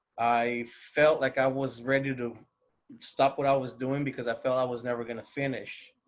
i felt like i was ready to stop what i was doing, because i felt i was never going to finish,